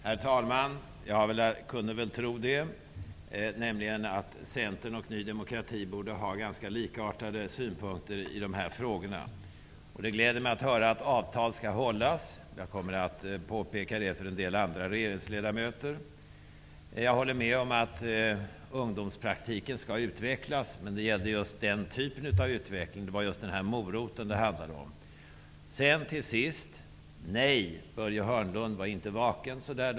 Herr talman! Jag kunde väl tro det, nämligen att Centern och Ny demokrati borde ha ganska likartade synpunkter i dessa frågor. Det gläder mig att höra att avtal skall hållas. Jag kommer att påpeka det för en del andra regeringsledamöter. Jag håller med om att ungdomspraktiken skall utvecklas. Men nu gällde det den här moroten och att ungdomspraktiken skall utvecklas på det sättet. Nej, Börje Hörnlund var inte vaken så dags.